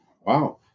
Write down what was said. wow